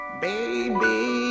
Baby